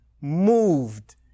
moved